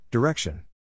Direction